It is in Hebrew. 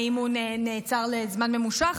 האם נעצר לזמן ממושך?